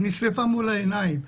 נשרפה מול העיניים,